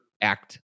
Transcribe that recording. act